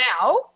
now